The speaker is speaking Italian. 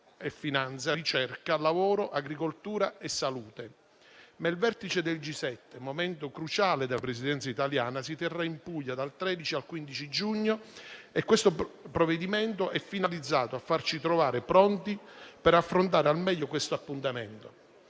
finanza, ricerca, lavoro, agricoltura e salute). Il Vertice del G7, momento cruciale della Presidenza italiana, si terrà in Puglia dal 13 al 15 giugno e il provvedimento al nostro esame è finalizzato a farci trovare pronti per affrontare al meglio questo appuntamento.